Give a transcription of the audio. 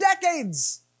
decades